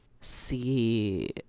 see